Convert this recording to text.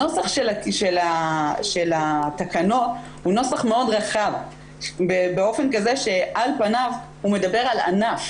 הנוסח של התקנות הוא נוסח מאוד רחב באופן כזה שעל פניו הוא מדבר על ענף,